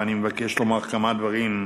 ואני מבקש לומר כמה דברים,